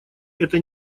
это